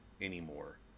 anymore